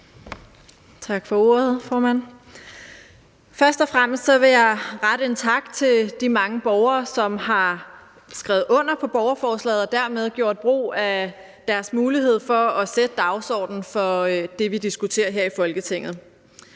Tak for ordet, formand. Først og fremmest vil jeg rette en tak til de mange borgere, der har skrevet under på borgerforslaget og dermed gjort brug af deres mulighed for at sætte dagsordenen for det, vi diskuterer her i Folketinget.